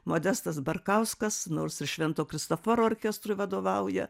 modestas barkauskas nors ir švento kristoforo orkestrui vadovauja